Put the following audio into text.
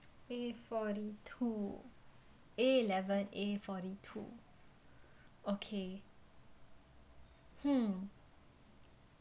A forty two A eleven A forty two okay hmm